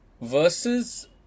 Versus